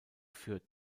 für